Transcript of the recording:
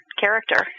character